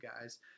guys